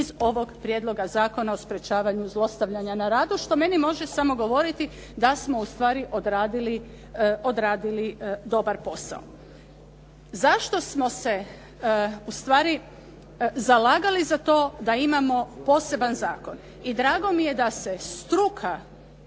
iz ovoga prijedloga zakona o sprječavanju zlostavljanja na radu, što meni može samo govoriti da smo ustvari odradili dobar posao. Zašto smo se ustvari zalagali za to da imamo poseban zakon. I drago mi je da se struka,